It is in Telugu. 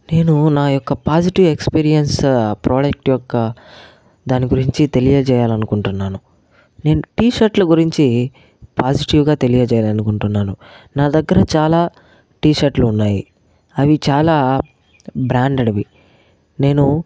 నేను నా యొక్క పాజిటివ్ ఎక్స్పీరియన్స్ ప్రోడక్ట్ యొక్క దాని గురించి తెలియచేయాలని అకుంటున్నాను నేను టీ షర్ట్ల గురించి పాజిటివ్గా తెలియచేయాలని అకుంటున్నాను నా దగ్గర చాలా టీ షర్ట్లు ఉన్నాయి అవి చాలా బ్రాండెడ్వి నేను